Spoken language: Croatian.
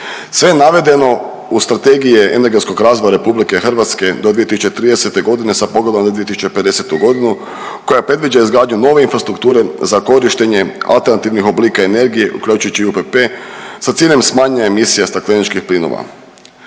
Sve navedeno u Strategiji je energetskog razvoja RH do 2030.g. sa pogledom na 2050.g. koja predviđa izgradnju nove infrastrukture za korištenje alternativnih oblika energije, uključujući i UPP sa ciljem smanjenja emisija stakleničkih plinova.